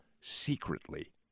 secretly